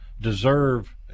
deserve